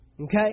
Okay